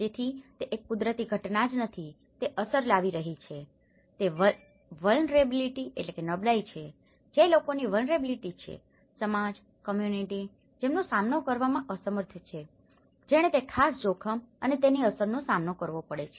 તેથી તે એક કુદરતી ઘટના જ નથી જે અસર લાવી રહી છે તે વલ્નરેબીલીટીvulnerabilityનબળાઈ છે જે લોકોની વલ્નરેબીલીટી છે સમાજ કમ્યુનીટી જેનો સામનો કરવામાં અસમર્થ છે જેણે તે ખાસ જોખમ અને તેની અસરનો સામનો કરવો પડે છે